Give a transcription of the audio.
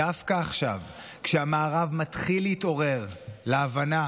דווקא עכשיו, כשהמערב מתחיל להתעורר להבנה